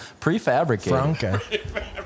Prefabricated